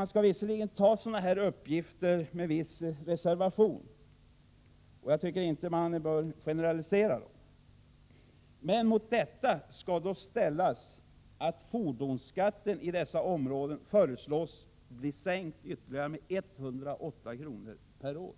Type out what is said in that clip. Man skall visserligen ta sådana här uppgifter med viss reservation, och jag tycker inte de bör generaliseras, men mot detta skall då ställas att fordonsskatten i dessa områden föreslås bli sänkt med ytterligare 108 kr. per år.